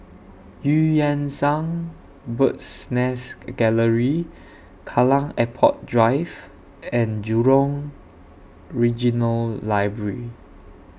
EU Yan Sang Bird's Nest Gallery Kallang Airport Drive and Jurong Regional Library